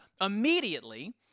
immediately